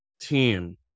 team